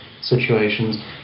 situations